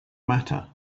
matter